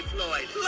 Floyd